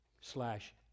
slash